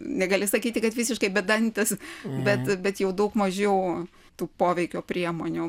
negali sakyti kad visiškai bedantis bet bet jau daug mažiau tų poveikio priemonių